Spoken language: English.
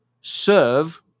serve